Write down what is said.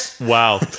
wow